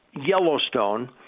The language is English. Yellowstone